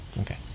Okay